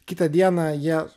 kitą dieną jie